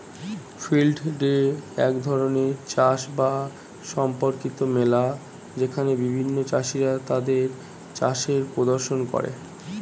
field day এক ধরণের চাষ বাস সম্পর্কিত মেলা যেখানে বিভিন্ন চাষীরা তাদের চাষের প্রদর্শন করে